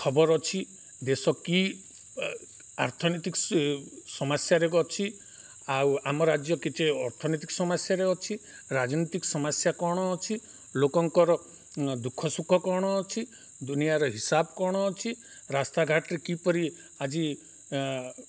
ଖବର ଅଛି ଦେଶ କି ଆର୍ଥନୀତିକ ସମସ୍ୟାରେ ଅଛି ଆଉ ଆମ ରାଜ୍ୟ କିଛି ଅର୍ଥନୀତିକ ସମସ୍ୟାରେ ଅଛି ରାଜନୈତିକ ସମସ୍ୟା କ'ଣ ଅଛି ଲୋକଙ୍କର ଦୁଃଖ ସୁଖ କ'ଣ ଅଛି ଦୁନିଆର ହିସାବ କ'ଣ ଅଛି ରାସ୍ତାଘାଟରେ କିପରି ଆଜି